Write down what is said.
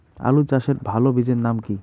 আলু চাষের ভালো বীজের নাম কি?